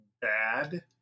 bad